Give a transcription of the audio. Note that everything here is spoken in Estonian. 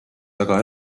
väga